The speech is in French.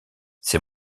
c’est